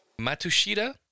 Matushita